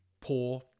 poor